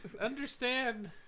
understand